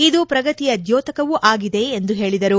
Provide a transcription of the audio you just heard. ಇದು ಪ್ರಗತಿಯ ದ್ಲೋತಕವೂ ಆಗಿದೆ ಎಂದು ಹೇಳಿದರು